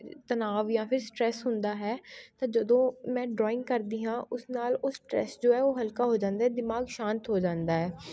ਤਨਾਵ ਜਾਂ ਫਿਰ ਸਟਰੈੱਸ ਹੁੰਦਾ ਹੈ ਤਾਂ ਜਦੋਂ ਮੈਂ ਡਰੋਇੰਗ ਕਰਦੀ ਹਾਂ ਉਸ ਨਾਲ ਉਹ ਸਟਰੈੱਸ ਜੋ ਹੈ ਉਹ ਹਲਕਾ ਹੋ ਜਾਂਦਾ ਦਿਮਾਗ ਸ਼ਾਂਤ ਹੋ ਜਾਂਦਾ ਹੈ